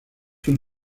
une